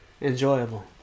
enjoyable